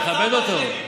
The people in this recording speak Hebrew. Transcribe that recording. תכבד אותו.